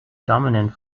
dominant